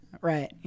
Right